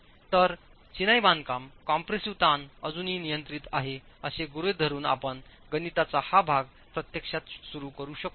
तर चिनाई बांधकाम कम्प्रेसिव्ह ताण अजूनही नियंत्रित आहे असे गृहीत धरून आपण गणिताचा हा भाग प्रत्यक्षात सुरू करू शकतो